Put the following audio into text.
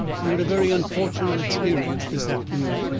you had a very unfortunate experience this afternoon.